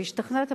והשתכנעת,